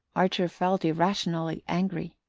archer felt irrationally angry.